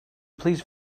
please